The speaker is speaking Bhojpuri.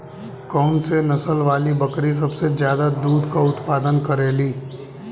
कौन से नसल वाली बकरी सबसे ज्यादा दूध क उतपादन करेली?